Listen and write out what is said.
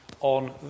on